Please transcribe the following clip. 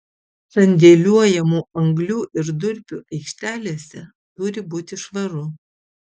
sandėliuojamų anglių ir durpių aikštelėse turi būti švaru